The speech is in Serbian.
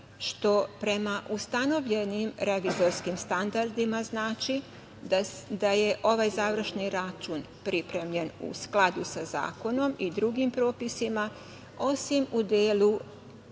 što prema ustanovljenim revizorskim standardima znači da je ovaj završni račun pripremljen u skladu sa zakonom i drugim propisima, osim u delu